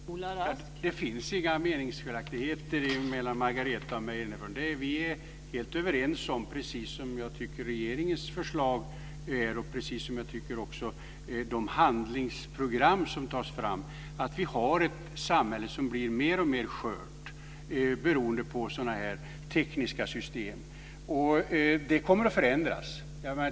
Fru talman! Det finns inga meningsskiljaktigheter mellan Margareta och mig. Vi är helt överens om att vi har ett samhälle som blir mer och mer skört beroende på sådana här tekniska system. Precis det tycker jag också framgår av regeringens förslag och av de handlingsprogram som tas fram. Det kommer att förändras.